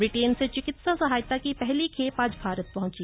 Britain से चिकित्सा सहायता की पहली खेप आज भारत पहुंची